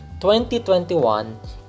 2021